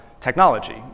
technology